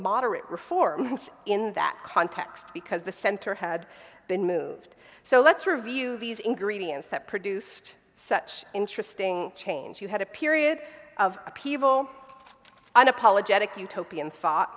moderate reforms in that context because the center had been moved so let's review these ingredients that produced such interesting change you had a period of upheaval unapologetic utopian thought